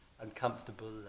uncomfortable